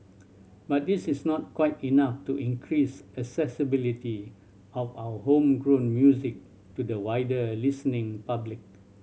but this is not quite enough to increase accessibility of our homegrown music to the wider listening public